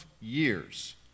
years